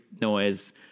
noise